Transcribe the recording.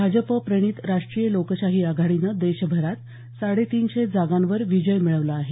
भाजपप्रणीत राष्ट्रीय लोकशाही आघाडीनं देशभरात साडे तीनशे जागांवर विजय मिळवला आहे